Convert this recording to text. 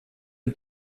dem